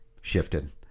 shifted